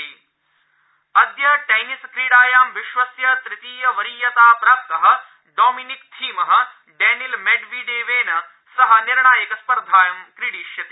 tennis अद्य टेनिसक्रीडाया विश्वस्य तृतीयवरीयताप्राप्तः डोमिनिक् थीमः डेनिल मेडवेडीवेन सह निर्णायक स्पर्धायां क्रीडिष्यति